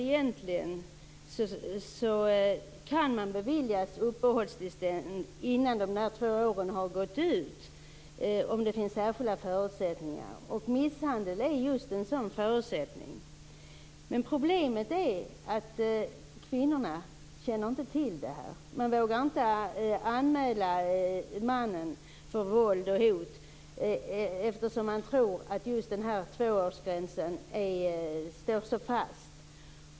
Egentligen kan man bli beviljad uppehållstillstånd innan de två åren har gått om det finns särskilda förutsättningar. Misshandel är just en sådan förutsättning. Problemet är att kvinnorna inte känner till detta. Man vågar inte anmäla mannen för våld och hot eftersom man tror att tvåårsgränsen är så fast.